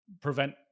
prevent